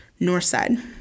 Northside